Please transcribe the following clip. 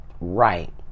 Right